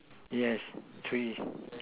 yes three